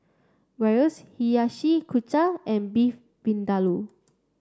Gyros Hiyashi Chuka and Beef Vindaloo